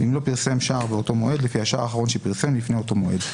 ואם לא פרסם שער באותו מועד לפי השער האחרון שפרסם לפני אותו מועד.